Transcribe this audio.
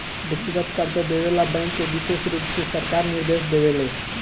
व्यक्तिगत कर्जा देवे ला बैंक के विशेष रुप से सरकार निर्देश देवे ले